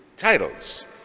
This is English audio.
Titles